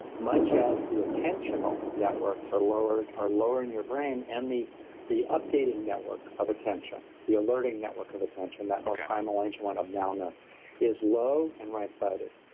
much as the attentional networks are lower are lower in your brain and the the updating network of attention, the alerting network of attention that most primal and of now-ness is low and right-sided.